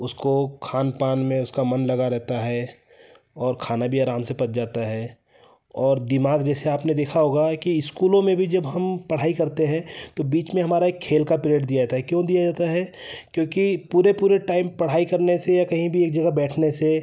उसको खानपान में उसका मन लगा रहता है और खाना भी आराम से पच जाता है और दिमाग जैसे आपने देखा होगा कि स्कूलों में भी जब हम पढ़ाई करते हैं तो बीच में हमारा एक खेल का पीरियड दिया था क्यों दिया जाता है क्योंकि पूरे पूरे टाइम पढ़ाई करने से या कहीं भी एक जगह बैठने से